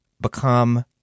become